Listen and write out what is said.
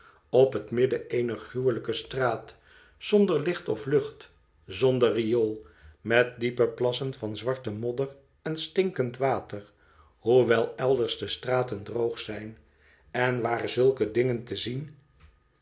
op het midden eener gruwelijke straat zonder licht of lucht zonder riool met diepe plassen van zwarte modder en stinkend water hoewel elders de straten droog zijn en waar zulke dingen te zien